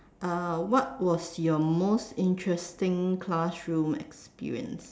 what was your most interesting classroom experience